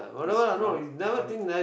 this month month